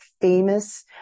famous